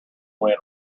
went